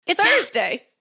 Thursday